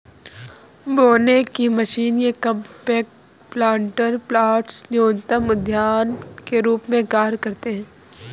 बोने की मशीन ये कॉम्पैक्ट प्लांटर पॉट्स न्यूनतर उद्यान के रूप में कार्य करते है